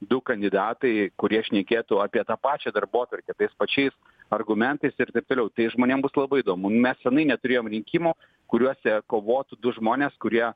du kandidatai kurie šnekėtų apie tą pačią darbotvarkę tais pačiais argumentais ir taip toliau tai žmonėm bus labai įdomu mes senai neturėjom rinkimų kuriuose kovotų du žmonės kurie